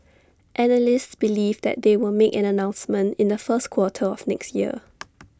analysts believe that they will make an announcement in the first quarter of next year